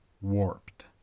warped